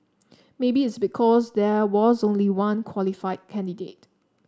maybe it's because there was only one qualified candidate